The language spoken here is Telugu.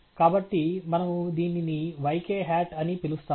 కాబట్టి మనము దీనిని yk hat అని పిలుస్తాము